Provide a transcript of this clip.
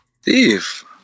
steve